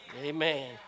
Amen